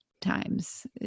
times